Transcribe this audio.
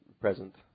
present